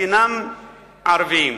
שאינם יהודיים.